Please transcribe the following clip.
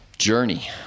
journey